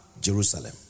Jerusalem